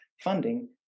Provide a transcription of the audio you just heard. funding